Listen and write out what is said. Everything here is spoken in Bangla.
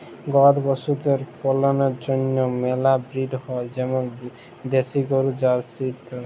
গবাদি পশুদের পল্যের জন্হে মেলা ব্রিড হ্য় যেমল দেশি গরু, জার্সি ইত্যাদি